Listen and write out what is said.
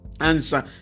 answer